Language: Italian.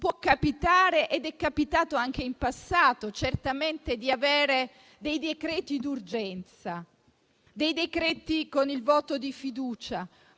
può capitare, ed è capitato anche in passato, certamente, di avere dei decreti d'urgenza, dei decreti approvati con il voto di fiducia,